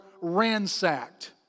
ransacked